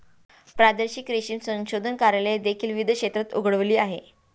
प्रादेशिक रेशीम संशोधन कार्यालये देखील विविध क्षेत्रात उघडली आहेत